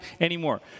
anymore